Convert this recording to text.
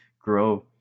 grow